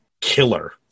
killer